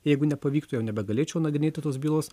jeigu nepavyktų jau nebegalėčiau nagrinėti tos bylos